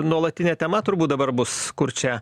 nuolatinė tema turbūt dabar bus kur čia